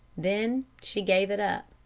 then she gave it up.